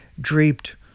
draped